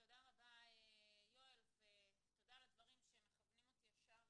תודה על הדברים, יואל, שמכוונים אותי ישר